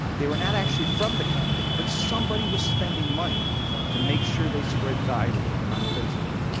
they were not actually from the campaign, but somebody was spending money to make sure they spread virally on facebook.